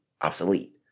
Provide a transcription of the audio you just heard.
obsolete